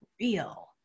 real